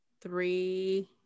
three